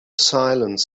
silence